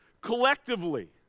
Collectively